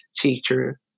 teacher